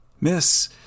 Miss